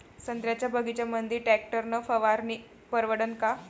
संत्र्याच्या बगीच्यामंदी टॅक्टर न फवारनी परवडन का?